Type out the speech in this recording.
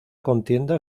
contienda